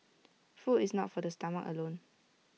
food is not for the stomach alone